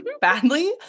badly